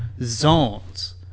zones